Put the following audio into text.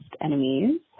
Enemies